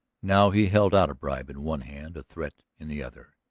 now he held out a bribe in one hand, a threat in the other,